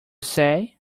say